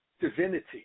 divinity